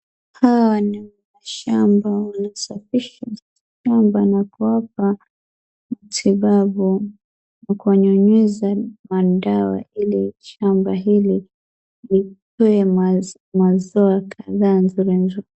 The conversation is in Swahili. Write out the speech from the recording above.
Hawa ni washamba wanasafisha shamba na kuwapa matibabu na kuwa nyunyiza madawa ili shamba hili litoe mazao kadhaa nzuri nzuri.